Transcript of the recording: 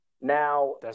Now